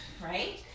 right